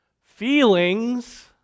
feelings